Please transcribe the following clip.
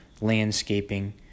landscaping